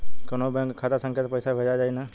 कौन्हू बैंक के खाता संख्या से पैसा भेजा जाई न?